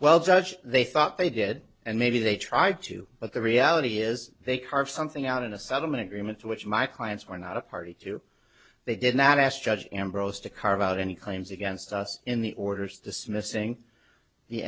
well judge they thought they did and maybe they tried to but the reality is they carve something out in a settlement agreement which my clients are not a party to they did not ask judge ambrose to carve out any claims against us in the orders dismissing the